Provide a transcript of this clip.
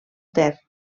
ter